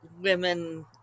women